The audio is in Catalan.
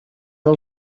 del